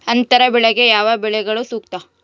ಅಂತರ ಬೆಳೆಗೆ ಯಾವ ಬೆಳೆಗಳು ಸೂಕ್ತ?